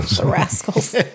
rascals